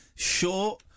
Sure